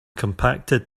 compacted